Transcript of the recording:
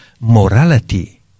morality